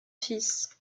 fils